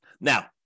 Now